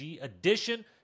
Edition